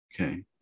okay